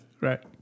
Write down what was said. Right